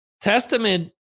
testament